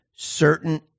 certain